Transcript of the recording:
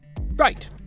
Right